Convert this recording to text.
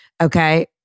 okay